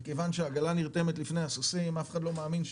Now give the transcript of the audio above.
כיוון שהעגלה נרתמת לפני הסוסים אף אחד לא מאמין שב-24'